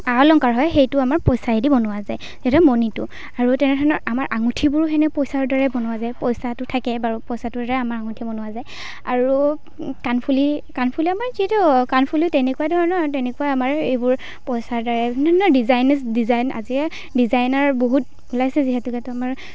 আ অলংকাৰ হয় সেইটো আমাৰ পইচায়েদি বনোৱা যায় মণিটো আৰু তেনে ধৰণৰ আমাৰ আঙুঠিবোৰো হেনে পইচাৰ দ্বাৰাই বনোৱা যায় পইচাটো থাকে বাৰু পইচাটোৰে আমাৰ আঙুঠি বনোৱা যায় আৰু কাণফুলি কাণফুলি আমাৰ যিহেতু কাণফুলি তেনেকুৱা ধৰণৰ তেনেকুৱা আমাৰ এইবোৰ পইচাৰ দ্বাৰাই ধুনীয়া ধুনীয়া ডিজাইনিচ ডিজাইন আজিয়ে ডিজাইনাৰ বহুত ওলাইছে যিহেতুকে ত' আমাৰ